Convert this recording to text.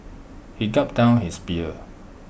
he gulped down his beer